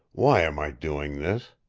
why am i doing this?